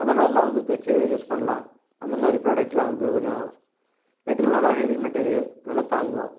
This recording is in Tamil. அந்தமாதிரிலாம் வந்து தைச்சி யூஸ் பண்ணலாம் அந்தமாதிரி ப்ராடக்ட்லாம் வந்து கொஞ்சம் மெட்டீரியல் நல்லா ஹெவி மெட்டீரியல் நல்லா தாங்கும்